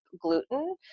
gluten